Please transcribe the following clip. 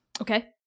Okay